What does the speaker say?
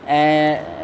ऐं